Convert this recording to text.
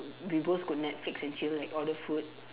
we both got netflix and chill like order food